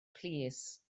plîs